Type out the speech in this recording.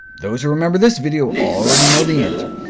those who remember this video, already know the answer.